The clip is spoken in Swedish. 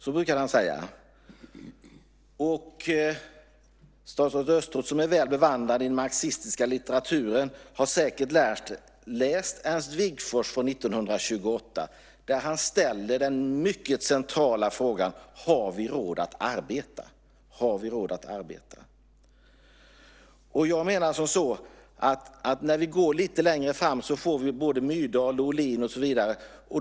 Statsrådet Östros, som är väl bevandrad i den marxistiska litteraturen, har säkert läst Ernst Wigforss från 1928. Han ställde den mycket centrala frågan: Har vi råd att arbeta? Lite längre framåt i tiden har vi Myrdal, Ohlin och så vidare.